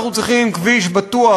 אנחנו צריכים כביש בטוח,